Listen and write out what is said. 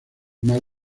mar